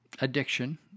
addiction